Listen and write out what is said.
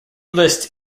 lists